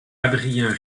adrien